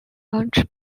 launch